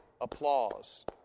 applause